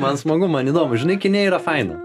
man smagu man įdomu žinai kine yra faina